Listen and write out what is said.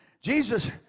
Jesus